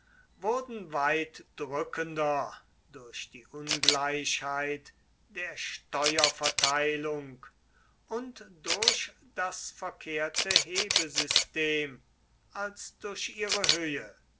wurden weit drückender durch die ungleichheit der steuerverteilung und durch das verkehrte hebesystem als durch ihre höhe